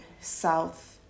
South